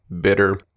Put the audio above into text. bitter